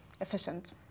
efficient